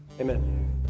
Amen